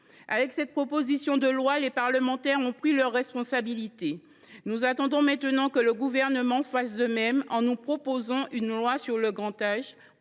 avec cette proposition de loi, les parlementaires ont pris leurs responsabilités. Nous attendons maintenant que le Gouvernement fasse de même, en nous proposant une loi sur le grand âge